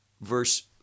verse